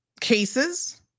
cases